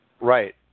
Right